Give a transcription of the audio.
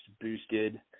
boosted